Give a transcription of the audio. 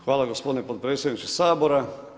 Hvala gospodine potpredsjedniče Sabora.